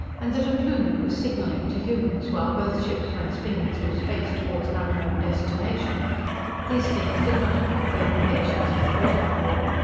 and that a plumie was signaling to humans while both ships went spinning through space toward an unknown destination these things did not affect the obligations of the radar room.